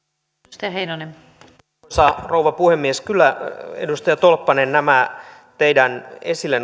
arvoisa rouva puhemies edustaja tolppanen kyllä nämä teidän esille